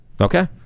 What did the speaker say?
Okay